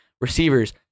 Receivers